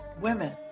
women